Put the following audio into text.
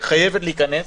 היא חייבת להיכנס,